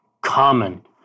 common